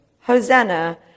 Hosanna